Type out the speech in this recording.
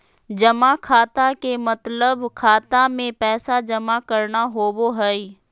जमा खाता के मतलब खाता मे पैसा जमा करना होवो हय